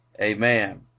Amen